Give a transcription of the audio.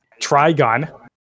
Trigon